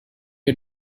are